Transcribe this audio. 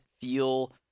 feel